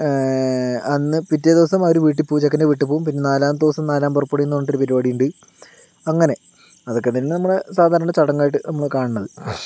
അന്ന് പിറ്റേദിവസം അവര് വീട്ടിൽ പോകും ചെക്കൻ്റെ വീട്ടീൽ പോകും പിന്നെ നാലാമത്തെ ദിവസം നാലാം പുറപ്പടിന്ന് പറഞ്ഞിട്ട് ഒരു പരിപാടിയുണ്ട് അങ്ങനെ അതൊക്കെ തന്നെ നമ്മുടെ സാധാരണ ചടങ്ങ് ആയിട്ട് നമ്മൾ കാണുന്നത്